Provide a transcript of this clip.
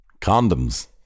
Condoms